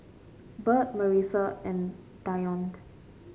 Bert Marisa and Dionte